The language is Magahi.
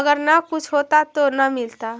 अगर न कुछ होता तो न मिलता?